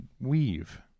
weave